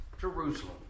Jerusalem